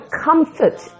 comfort